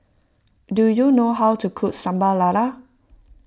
do you know how to cook Sambal Lala